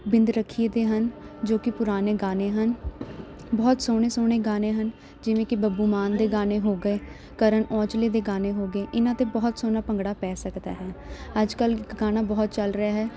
ਬਿੰਦਰਖੀਏ ਦੇ ਹਨ ਜੋ ਕਿ ਪੁਰਾਣੇ ਗਾਣੇ ਹਨ ਬਹੁਤ ਸੋਹਣੇ ਸੋਹਣੇ ਗਾਣੇ ਹਨ ਜਿਵੇਂ ਕਿ ਬੱਬੂ ਮਾਨ ਦੇ ਗਾਣੇ ਹੋ ਗਏ ਕਰਨ ਔਜਲੇ ਦੇ ਗਾਣੇ ਹੋ ਗਏ ਇਹਨਾਂ 'ਤੇ ਬਹੁਤ ਸੋਹਣਾ ਭੰਗੜਾ ਪੈ ਸਕਦਾ ਹੈ ਅੱਜ ਕੱਲ੍ਹ ਇੱਕ ਗਾਣਾ ਬਹੁਤ ਚੱਲ ਰਿਹਾ ਹੈ